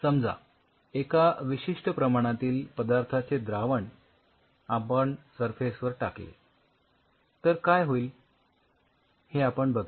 समजा एका विशिष्ठ प्रमाणातील पदार्थाचे द्रावण आपण सरफेस वर टाकले तर काय होईल हे आपण बघणार